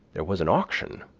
there was an auction,